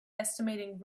estimating